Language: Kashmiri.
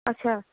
اچھا